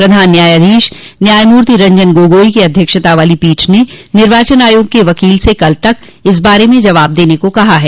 प्रधान न्यायाधीश न्यायमूर्ति रंजन गोगोई की अध्यक्षता वाली पीठ ने निर्वाचन आयोग के वकील से कल तक इस बारे में जबाव देने को कहा है